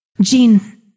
Jean